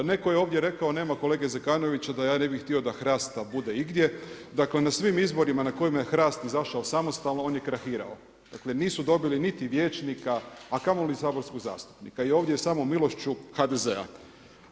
Neko je ovdje rekao, nema kolege Zekanovića da ja ne bi htio da HRAST-a bude igdje, dakle na svim izborima na kojima je HRAST izašao samostalno on je krahirao, dakle nisu dobili niti vijećnika, a kamoli saborskog zastupnika i ovdje je samo milošću HDZ-a.